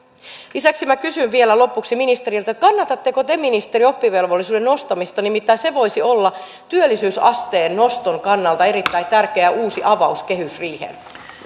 lisäksi minä kysyn vielä lopuksi ministeriltä kannatatteko te ministeri oppivelvollisuusiän nostamista nimittäin se voisi olla työllisyysasteen noston kannalta erittäin tärkeä uusi avaus kehysriiheen